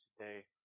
today